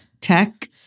tech